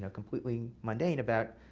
ah completely mundane, about